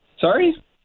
Sorry